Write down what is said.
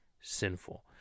sinful